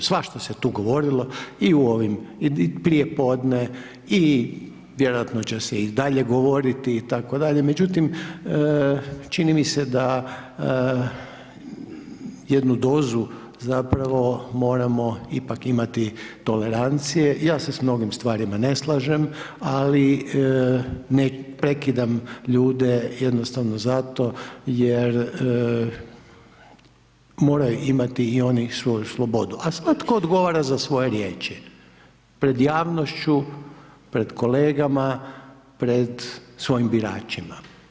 Svašta se tu govorilo u ovim prijepodne i vjerojatno će se i dalje govoriti itd., međutim čini mi se da jednu dozu moramo ipak imati tolerancije, ja se s mnogim stvarima ne slažem, ali ne prekidam ljude jednostavno zato jer moraju imati i oni svoju slobodu, a svatko odgovara za svoje riječi, pred javnošću, pred kolegama, pred svojim biračima.